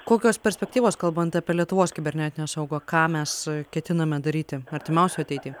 kokios perspektyvos kalbant apie lietuvos kibernetinę saugą ką mes ketiname daryti artimiausioj ateity